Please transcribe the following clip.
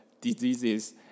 diseases